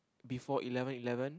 before eleven eleven